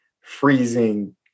freezing